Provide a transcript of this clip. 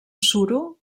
suro